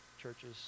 churches